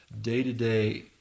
day-to-day